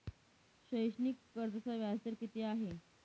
शैक्षणिक कर्जाचा व्याजदर किती आहे?